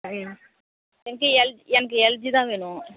ம் எனக்கு எல் எனக்கு எல்ஜி தான் வேணும்